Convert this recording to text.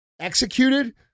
executed